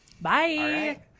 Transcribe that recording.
Bye